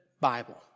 Bible